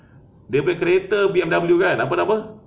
dia punya kereta B_M_W kan apa nama